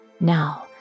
Now